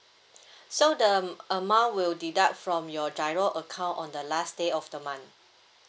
so the um amount will deduct from your GIRO account on the last day of the month